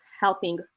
helping